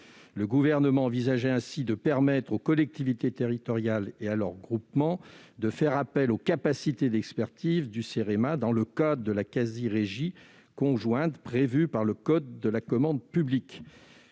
Le Gouvernement envisageait ainsi de permettre aux collectivités territoriales et à leurs groupements de faire appel aux capacités d'expertise du Cerema dans le cadre de la quasi-régie conjointe prévue par le code de la commande publique.